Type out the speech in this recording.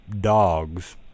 dogs